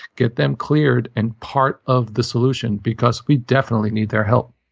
get them cleared and part of the solution, because we definitely need their help.